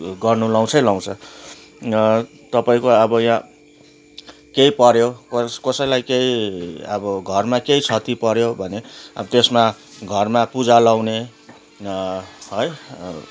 गर्नु लाउँछै लाउँछ तपाईँको अब यहाँ केही पऱ्यो कोस कसैलाई केही अब घरमा केही क्षति पऱ्यो भने अब त्यसमा घरमा पुजा लाउने है